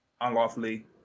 unlawfully